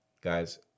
guys